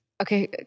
okay